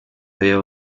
aveva